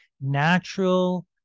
natural